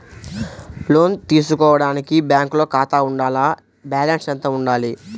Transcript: లోను తీసుకోవడానికి బ్యాంకులో ఖాతా ఉండాల? బాలన్స్ ఎంత వుండాలి?